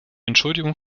entschuldigung